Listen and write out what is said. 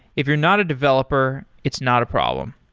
if you're not a developer, it's not a problem.